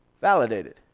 Validated